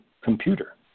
computer